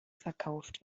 verkauft